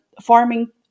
farming